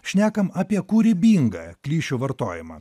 šnekam apie kūrybingą klišių vartojimą